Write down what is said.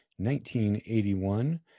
1981